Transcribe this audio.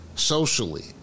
Socially